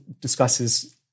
discusses